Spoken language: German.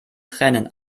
tränen